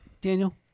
Daniel